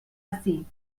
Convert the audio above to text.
ací